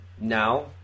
now